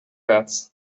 gaat